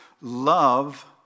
Love